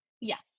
Yes